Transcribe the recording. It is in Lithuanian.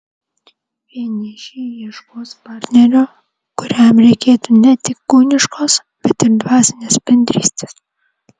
vienišiai ieškos partnerio kuriam reikėtų ne tik kūniškos bet ir dvasinės bendrystės